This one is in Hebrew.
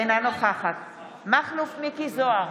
אינה נוכחת מכלוף מיקי זוהר,